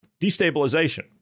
Destabilization